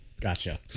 Gotcha